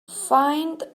find